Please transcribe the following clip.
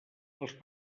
els